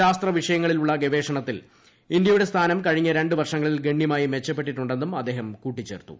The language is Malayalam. ശാസ്ത്രവിഷയങ്ങളിലുള്ള ഗവേഷണത്തിൽ ഇന്ത്യയുടെ സ്ഥാനം കഴിഞ്ഞ രണ്ടു വർഷങ്ങളിൽ ഗണ്യമായി മെച്ചപ്പെട്ടിട്ടുണ്ടെന്നും അദ്ദേഹം കൂട്ടിച്ചേർത്തു